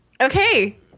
Okay